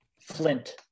flint